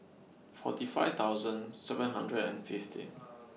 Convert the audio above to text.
forty five thousand seven hundred and fifty